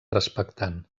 respectant